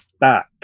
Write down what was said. back